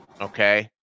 okay